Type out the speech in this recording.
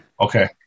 Okay